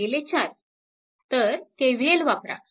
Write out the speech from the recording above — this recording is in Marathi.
तर KVL वापरा